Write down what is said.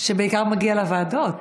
שבעיקר מגיע לוועדות.